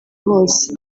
hose